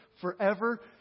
forever